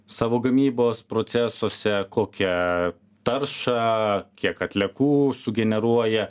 savo gamybos procesuose kokią taršą kiek atliekų sugeneruoja